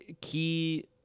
key